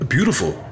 Beautiful